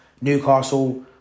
Newcastle